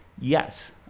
yes